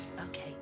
Okay